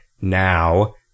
now